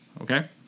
okay